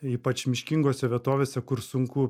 ypač miškingose vietovėse kur sunku